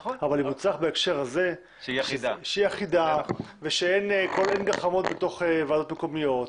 אבל זה מוצלח בהקשר הזה שהיא אחידה ואין גחמות בוועדות מקומיות.